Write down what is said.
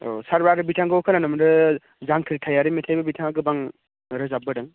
औ सार आरो बिथांखौ खोनानो मोन्दों जांख्रिथायारि मेथाइबो बिथाङा गोबां रोजाबबोदों